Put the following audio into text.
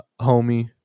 homie